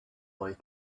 boy